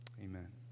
amen